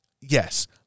yes